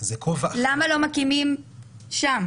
למה לא מקימים שם?